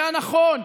הנכון,